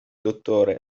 dottore